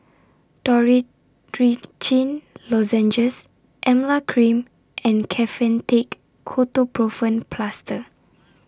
Dorithricin Lozenges Emla Cream and Kefentech Ketoprofen Plaster